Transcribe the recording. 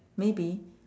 maybe